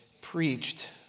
preached